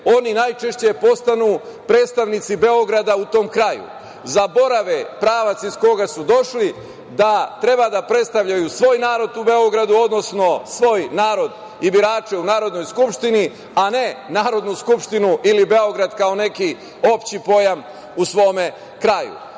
oni najčešće postanu predstavnici Beograda u tom kraju. Zaborave pravac iz koga su došli, da treba da predstavljaju svoj narod u Beogradu, odnosno svoj narod i birače u Narodnoj skupštini, a ne Narodnu skupštinu ili Beograd kao neki opšti pojam u svome kraju. Dakle,